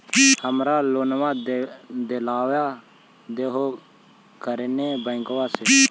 हमरा लोनवा देलवा देहो करने बैंकवा से?